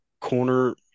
corner